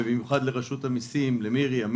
ובמיוחד לרשות המסים: למירי סביון,